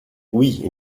oui